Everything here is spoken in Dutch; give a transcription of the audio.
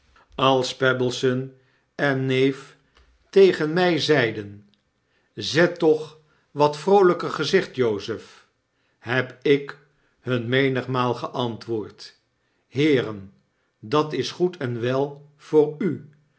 pebbleson en neef tegen my zeiden zet toch wat vroolyker gezicht jozef heb ik hun menigmaal geantwoord heeren datis goed en wel voor u